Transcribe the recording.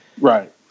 Right